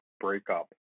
breakup